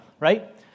Right